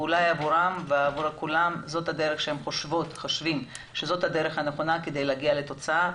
ובעבורן זאת הדרך הנכונה כדי להגיע לתוצאה.